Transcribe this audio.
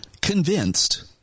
convinced